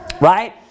right